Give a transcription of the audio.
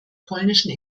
polnischen